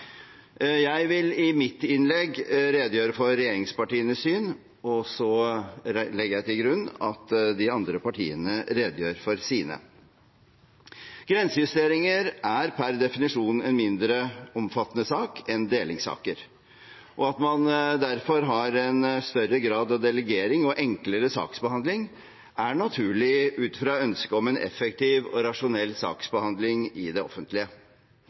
Jeg vil i mitt innlegg redegjøre for regjeringspartienes syn, og så legger jeg til grunn at de andre partiene redegjør for sine. Grensejusteringer er per definisjon mindre omfattende saker enn delingssaker. At man derfor har en større grad av delegering og enklere saksbehandling, er naturlig ut fra ønsket om en effektiv og rasjonell saksbehandling i det offentlige.